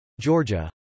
Georgia